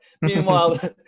Meanwhile